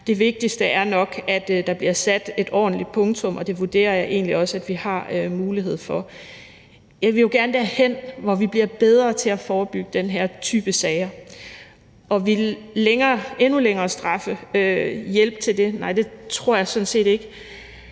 det vigtigste er nok, at der bliver sat et ordentligt punktum, og det vurderer jeg egentlig også vi har mulighed for. Jeg vil jo gerne derhen, hvor vi bliver bedre til at forebygge den her type sager, og ville endnu længere straffe hjælpe til det? Nej, det tror jeg sådan set ikke.